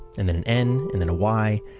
and then an n, and then a y.